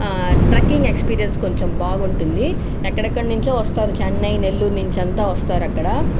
trekking experience కొంచెం బాగుంటుంది ఎక్కడెక్కడి నుంచో వస్తారు చెన్నై నెల్లూరు నుంచి అంతా వస్తారు అక్కడ